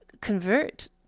convert